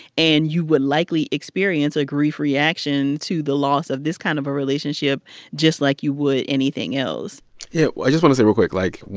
and you would likely experience a grief reaction to the loss of this kind of a relationship just like you would anything else yeah. i just want to say real quick, like,